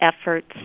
efforts